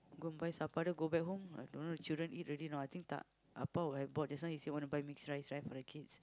go and buy supper then go back home I don't know the children eat already or not I think tak Appa would have bought just now he say want to buy mixed rice right for the kids